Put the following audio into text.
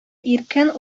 иркен